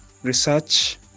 research